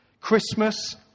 Christmas